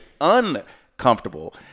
uncomfortable